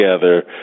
together